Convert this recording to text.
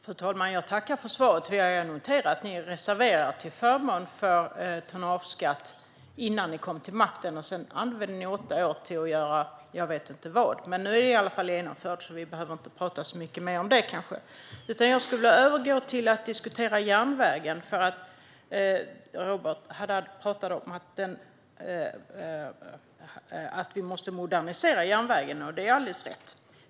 Fru talman! Jag tackar för svaret. Jag har noterat att ni reserverade er till förmån för en tonnageskatt innan ni kom till makten. Sedan använde ni åtta år till att göra jag vet inte vad. Nu är det i alla fall genomfört, så vi behöver inte prata så mycket mer om det. Jag vill övergå till att diskutera järnvägen. Robert Halef sa att vi måste modernisera järnvägen, och det är alldeles riktigt.